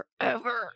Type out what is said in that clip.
forever